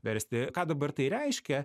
versti ką dabar tai reiškia